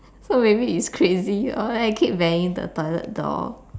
so maybe it's crazy oh then I keep banging the toilet door